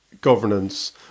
governance